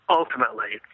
ultimately